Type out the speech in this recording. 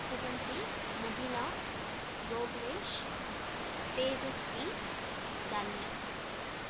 Suganthi Mukila Gokulesh Tejaswi Dhanya